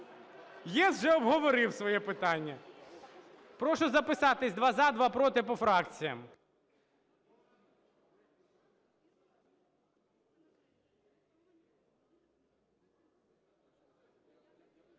вже обговорив своє питання. Прошу записатись: два – за, два – проти, по фракціях.